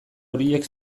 horiek